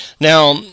Now